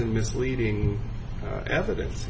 misleading evidence